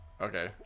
Okay